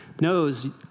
knows